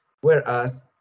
Whereas